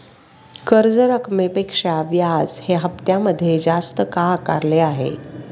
कर्ज रकमेपेक्षा व्याज हे हप्त्यामध्ये जास्त का आकारले आहे?